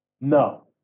No